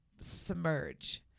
submerge